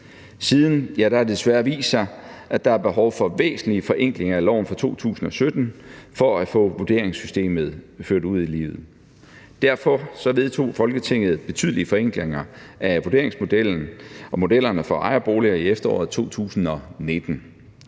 Siden har det desværre vist sig, at der er behov for væsentlige forenklinger af loven fra 2017 for at få vurderingssystemet ført ud i livet. Derfor vedtog Folketinget betydelige forenklinger af vurderingsmodellen og modellerne for ejerboliger i efteråret 2019.